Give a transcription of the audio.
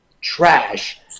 trash